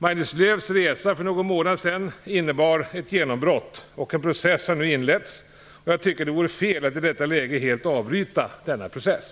Maj-Lis Lööws resa för någon månad sedan innebar ett genombrott, och en process har nu inletts. Jag tycker att det vore fel att i detta läge helt avbryta denna process.